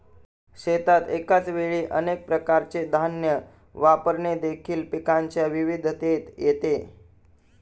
शेतात एकाच वेळी अनेक प्रकारचे धान्य वापरणे देखील पिकांच्या विविधतेत येते